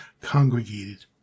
congregated